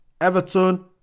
Everton